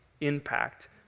impact